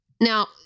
Now